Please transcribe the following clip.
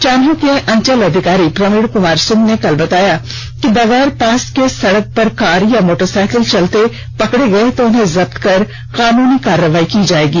चान्हो के अंचल अधिकारी प्रवीण कुमार सिंह ने कल बताया कि बगैर पास के सड़क पर कार या मोटरसाइकिल चलते पकड़े गए तो उन्हें जब्त कर कानूनी कार्रवाई की जाएगी